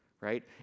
right